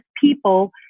people